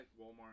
Walmart